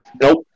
Nope